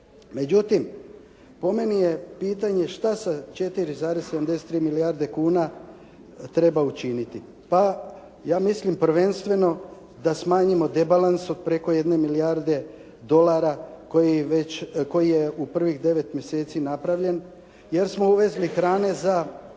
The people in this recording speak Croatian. Međutim, po meni je pitanje šta sa 4,73 milijarde kuna treba učiniti. Pa, ja mislim prvenstveno da smanjimo debalans od preko jedne milijarde dolara koji je u prvih devet mjeseci napravljen jer smo uvezli hrane za